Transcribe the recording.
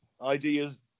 ideas